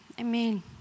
amen